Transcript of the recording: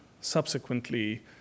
subsequently